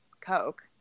Coke